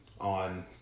on